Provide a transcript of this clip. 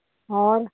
ਹੋਰ